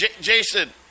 Jason